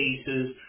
cases